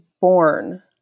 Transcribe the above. born